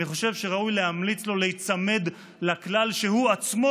אני חושב שראוי להמליץ לו להיצמד לכלל שהוא עצמו